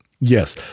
Yes